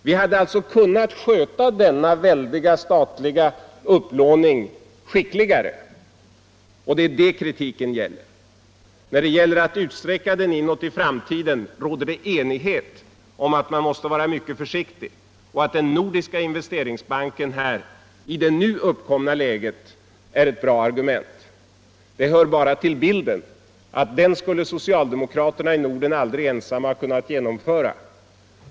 Vi hade alltså kunnat sköta denna väldiga statliga upplåning skickligare, och det är detta som kritiken gäller. Beträffande frågan om att utsträcka upplåningen i framtiden råder enighet om att man måste vara mycket försiktig och att den nordiska investeringsbanken i det nu uppkomna läget är ett bra argument. Det hör bara till bilden att den skulle socialdemokraterna i Norden aldrig ensamma kunnat genomföra.